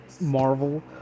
marvel